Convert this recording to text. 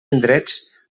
indrets